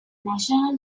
national